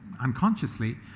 unconsciously